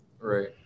Right